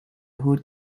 hood